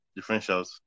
differentials